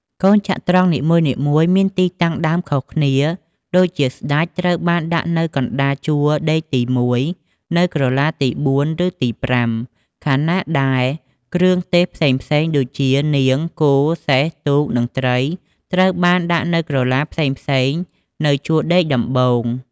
កូនចត្រង្គនីមួយៗមានទីតាំងដើមខុសគ្នា ដូចជា ស្ដេច ត្រូវបានដាក់នៅកណ្តាលជួរដេកទី១ នៅក្រឡាទី៤ ឬទី៥ ខណៈដែលគ្រឿងទេសផ្សេងៗដូចជា នាង គោល សេះ ទូក និងត្រី ត្រូវបានដាក់នៅក្រឡាផ្សេងៗនៅជួរដេកដំបូង។